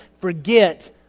forget